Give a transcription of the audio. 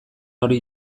hori